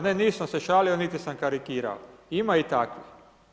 Ne, nisam se šalio niti sam karikirao, ima i takvih.